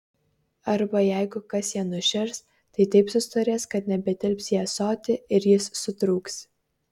arba jeigu kas ją nušers tai taip sustorės kad nebetilps į ąsotį ir jis sutrūks